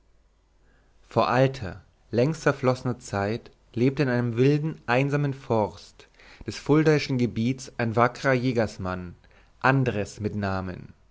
vor alter längst verfloßner zeit lebte in einem wilden einsamen forst des fuldaischen gebiets ein wackrer jägersmann andres mit namen